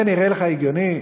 זה נראה לך הגיוני?